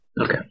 Okay